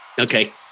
Okay